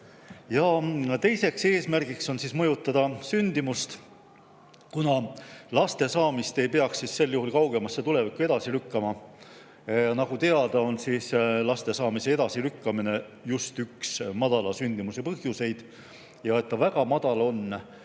Teine eesmärk on mõjutada sündimust, kuna laste saamist ei peaks sel juhul kaugemasse tulevikku edasi lükkama. Nagu teada, on laste saamise edasilükkamine üks madala sündimuse põhjuseid. Seda, et see väga madal on,